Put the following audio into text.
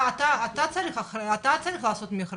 אתה צריך לעשות את המכרז.